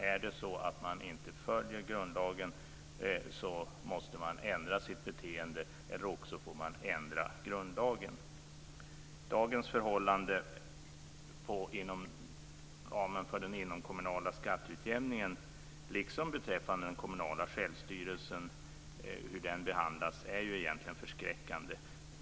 Är det så att man inte följer grundlagen måste man ändra sitt beteende eller också får man ändra grundlagen. Dagens förhållande inom ramen för den inomkommunala skatteutjämningen liksom beträffande den kommunala självstyrelsen och behandlingen av den är ju egentligen förskräckande.